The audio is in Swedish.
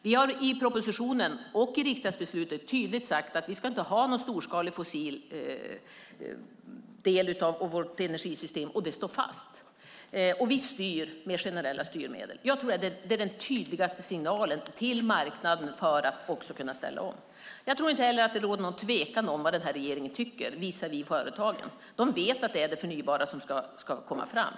Vi har i propositionen och i riksdagsbeslutet tydligt sagt att vi inte ska ha någon storskalig fossil del av vårt energisystem. Det står fast. Vi styr med generella styrmedel. Jag tror att det är den tydligaste signalen till marknaden för att man ska kunna ställa om. Jag tror inte heller att det råder någon tvekan om vad regeringen tycker visavi företagen. De vet att det är det förnybara som ska komma fram.